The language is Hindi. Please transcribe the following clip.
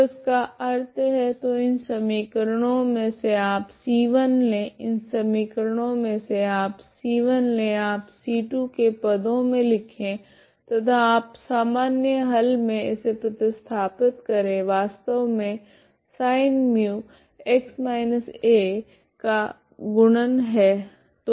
तो इसका अर्थ है तो इन समीकरणों मे से आप c1 ले इन समीकरणों मे से आप c1 ले आप c2 के पदो मे लिखे तथा आप सामान्य हल मे इसे प्रतिस्थिपित करे वास्तव मे sin μx−a का गुणन है